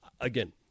again